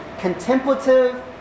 contemplative